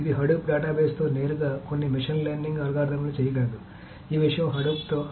ఇది హడూప్ డేటాబేస్తో నేరుగా కొన్ని మెషిన్ లెర్నింగ్ అల్గారిథమ్లను చేయగలదు ఈ విషయం హడూప్తో